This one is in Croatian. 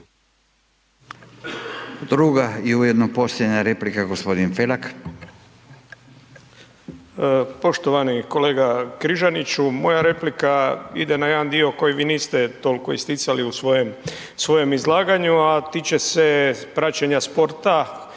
Druga i ujedno posljednja replika gospodin Felak. **Felak, Damir (HDZ)** Poštovani kolega Križaniću moja replika ide na jedan dio koji vi niste toliko isticali u svojem izlaganju, a tiče se praćenja sporta,